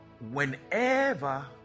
whenever